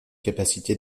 capacité